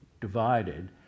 divided